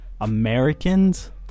Americans